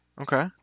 Okay